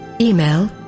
email